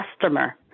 customer